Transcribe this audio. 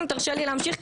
אם תרשה לי אני אמשיך,